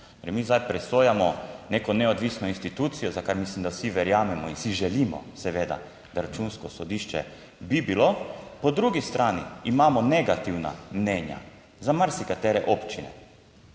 mi zdaj presojamo neko neodvisno institucijo, za kar mislim, da vsi verjamemo in si želimo seveda, da Računsko sodišče bi bilo, po drugi strani imamo negativna mnenja za marsikatere občine